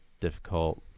difficult